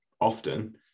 often